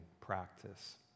practice